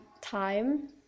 time